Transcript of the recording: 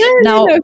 Now